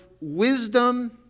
wisdom